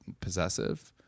possessive